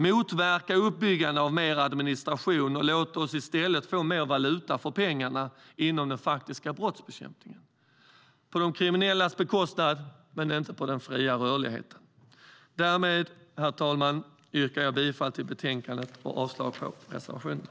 Motverka uppbyggandet av mer administration och låt oss i stället få mer valuta för pengarna inom den faktiska brottsbekämpningen - på de kriminellas bekostnad men inte på bekostnad av den fria rörligheten! Därmed, herr talman, yrkar jag bifall till förslaget i betänkandet och avslag på reservationerna.